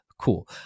Cool